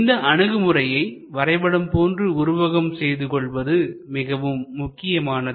இந்த அணுகுமுறையை வரைபடம் போன்று உருவகம் செய்து கொள்வது மிகவும் முக்கியமானது